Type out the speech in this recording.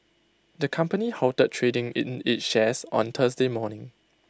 the company halted trading in its shares on Thursday morning